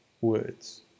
words